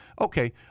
Okay